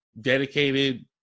dedicated